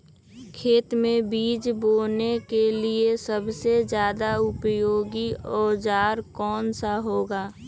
खेत मै बीज बोने के लिए सबसे ज्यादा उपयोगी औजार कौन सा होगा?